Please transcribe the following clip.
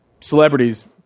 celebrities